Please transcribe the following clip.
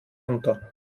unter